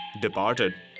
departed